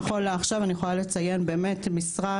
נכון לעכשיו אני יכולה לציין באמת משרד